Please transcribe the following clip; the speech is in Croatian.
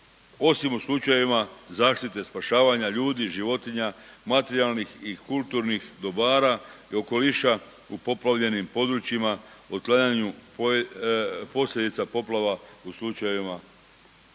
osim u slučajevima zaštite spašavanja ljudi, životinja, materijalnih i kulturnih dobara i okoliša u poplavljenim područjima, otklanjanju posljedica poplava u slučajevima